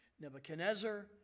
Nebuchadnezzar